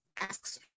asks